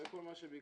זה כל מה שביקשנו.